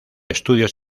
estudios